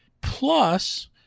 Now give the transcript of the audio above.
plus